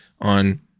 on